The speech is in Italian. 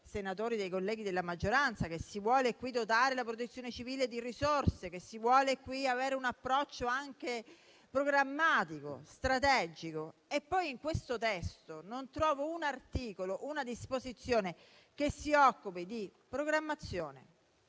senatori e dei colleghi della maggioranza, che si vuole dotare la Protezione civile di risorse, che si vuole avere un approccio anche programmatico e strategico; poi, però, nel testo in esame non trovo un articolo, una disposizione che si occupi di programmazione,